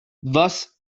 thus